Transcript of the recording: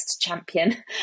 champion